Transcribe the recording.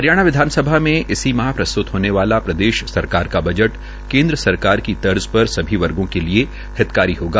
हरियाणा विधानसभा में इसी माह प्रस्त्त होने वाला प्रदेश सरकार का बजट केन्द्र सरकार की तर्ज र सभी वर्गो के लिये हितकारी होगा